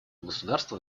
государства